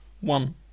One